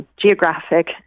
geographic